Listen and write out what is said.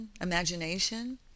imagination